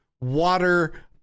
water